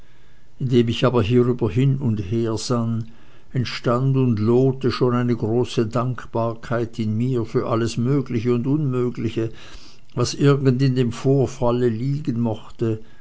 indem ich aber hierüber hin und her sann entstand und lohete schon eine große dankbarkeit in mir für alles mögliche und unmögliche was irgend in dem vorfalle liegen mochte